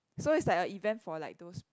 so it's like a event for like those